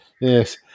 Yes